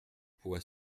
pouvoir